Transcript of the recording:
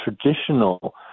traditional